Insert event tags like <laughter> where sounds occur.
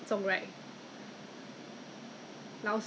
我没有做工我也不要做 I don't want <laughs>